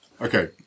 Okay